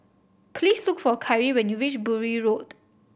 please look for Kyree when you reach Bury Road